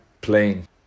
playing